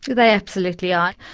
they absolutely are.